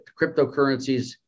cryptocurrencies